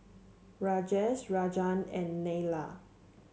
Rajesh Rajan and Neila